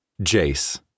Jace